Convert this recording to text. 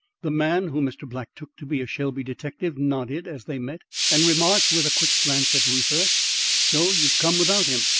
the man whom mr. black took to be a shelby detective nodded as they met and remarked, with a quick glance at reuther so you've come without him!